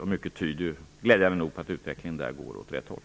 Mycket tyder, glädjande nog, på att utvecklingen där går åt rätt håll.